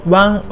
one